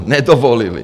Nedovolili.